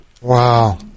Wow